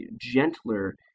gentler